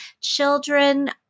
children